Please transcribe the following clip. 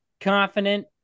confident